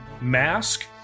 mask